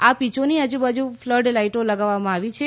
આ પીચોની આજુ બાજુ ફલ્ડ લાઈટો લગાવવામાં આવી છે